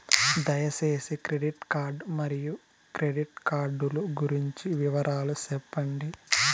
దయసేసి credit card మరియు credit కార్డు లు గురించి వివరాలు సెప్పండి?